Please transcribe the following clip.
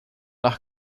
nach